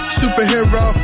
superhero